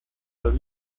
los